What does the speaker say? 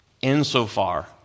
insofar